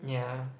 yeah